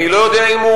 אני לא יודע אם הוא,